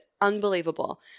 unbelievable